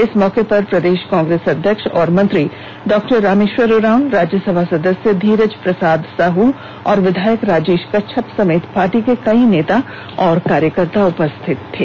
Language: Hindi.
इस मौके पर प्रदेश कांग्रेस अध्यक्ष व मंत्री डॉ रामेश्वर उरांव राज्यसभा सदस्य धीरज प्रसाद साहु और विधायक राजेश कच्छप समेत पार्टी के कई नेता और कार्यकर्ता मौजूद थे